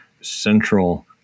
central